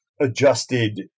adjusted